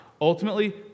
Ultimately